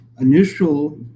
initial